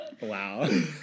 Wow